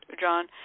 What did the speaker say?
John